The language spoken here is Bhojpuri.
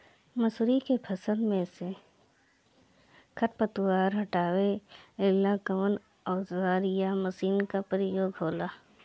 मसुरी के फसल मे से खरपतवार हटावेला कवन औजार या मशीन का प्रयोंग होला?